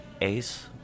Ace